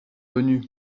venu